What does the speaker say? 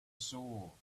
saw